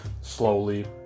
slowly